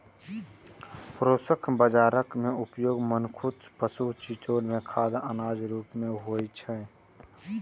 proso बाजाराक उपयोग मनुक्ख, पशु आ चिड़ै के खाद्य अनाजक रूप मे होइ छै